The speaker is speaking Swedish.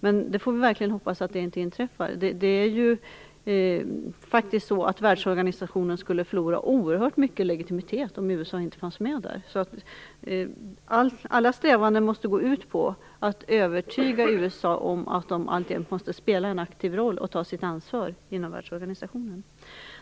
Men vi får verkligen hoppas att det inte inträffar. Världsorganisationen skulle förlora oerhört mycket legitimitet om USA inte fanns med där. Alla strävanden måste gå ut på att övertyga USA om att det alltjämt måste spela en aktiv roll och ta sitt ansvar inom världsorganisationen.